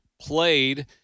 played